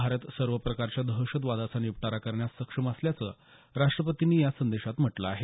भारत सर्व प्रकारच्या दहशतवादाचा निपटारा करण्यास सक्षम असल्याचं राष्टपतींनी या संदेशात म्हटलं आहे